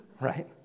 right